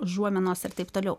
užuominos ir taip toliau